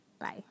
Bye